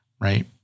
right